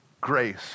grace